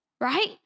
right